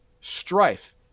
strife